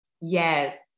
Yes